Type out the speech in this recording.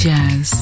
Jazz